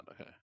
Okay